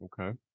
Okay